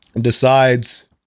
decides